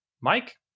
Mike